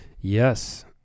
Yes